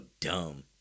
dumb